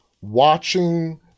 watching